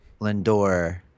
Lindor